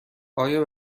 آیا